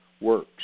works